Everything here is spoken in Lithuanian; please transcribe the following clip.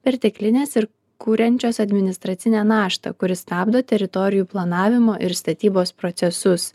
perteklinės ir kuriančios administracinę naštą kuri stabdo teritorijų planavimo ir statybos procesus